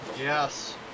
Yes